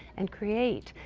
and create.